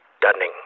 Dunning